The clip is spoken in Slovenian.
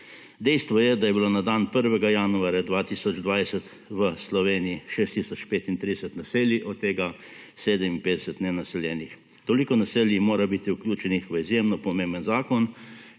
Dejstvo je, da je bilo na dan 1. januarja 2020 v Sloveniji 6 tisoč 35 naselij od tega 57 ne naseljenih. Toliko naselij mora biti vključenih v izjemno pomemben zakon,